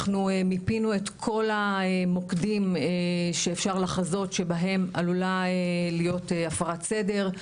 אנחנו מיפינו את כל המוקדים שאפשר לחזות שבהם עלולה להיות הפרת סדר.